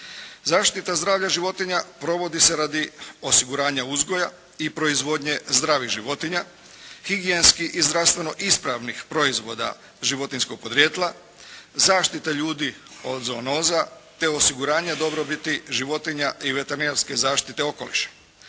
Zaštita zdravlja životinja provodi se radi osiguranja uzgoja i proizvodnje zdravih životinja, higijenski i zdravstveno ispravnih proizvoda životinjskog podrijetla, zaštite ljudi od zoonoza te osiguranja dobrobiti životinja i veterinarske zaštite okoliša.